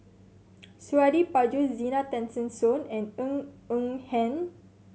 Suradi Parjo Zena Tessensohn and Ng Eng Hen